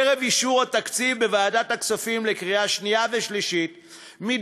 ערב אישור התקציב לקריאה שנייה ושלישית בוועדת הכספים,